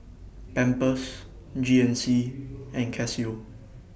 Pampers G N C and Casio